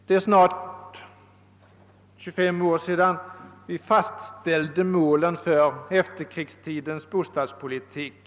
Det är snart 25 års sedan vi fastställde målet för efterkrigstidens bostadspolitik.